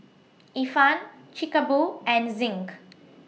Ifan Chic A Boo and Zinc